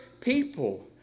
people